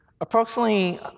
approximately